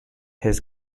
his